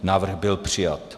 Návrh byl přijat.